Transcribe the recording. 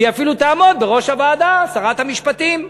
והיא אפילו תעמוד בראש הוועדה, שרת המשפטים.